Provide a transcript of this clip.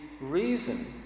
reason